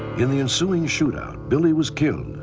in the ensuing shootout, billy was killed.